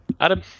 Adam